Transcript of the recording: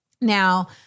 Now